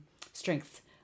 strengths